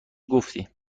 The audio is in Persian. گفتی